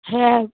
হ্যাঁ